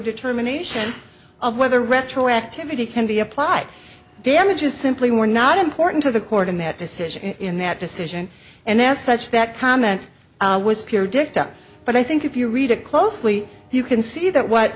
determination of whether retroactivity can be applied damages simply were not important to the court in that decision in that decision and as such that comment was pure dicta but i think if you read it closely you can see that what